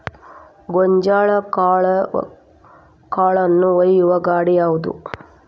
ಗೋಂಜಾಳ ಕಾಳುಗಳನ್ನು ಒಯ್ಯುವ ಗಾಡಿ ಯಾವದು?